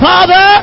Father